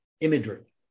imagery